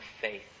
faith